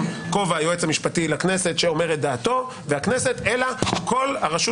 כובע היועץ המשפטי לכנסת שאומר את דעתו ודעת הכנסת אלא כל הרשות